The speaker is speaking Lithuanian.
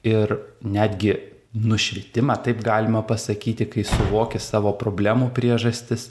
ir netgi nušvitimą taip galima pasakyti kai suvoki savo problemų priežastis